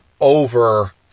over